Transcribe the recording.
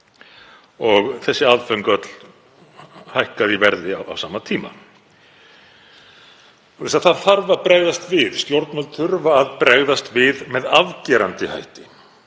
og fleira. Aðföng hafa öll hækkað í verði á sama tíma. Það þarf að bregðast við, stjórnvöld þurfa að bregðast við með afgerandi hætti.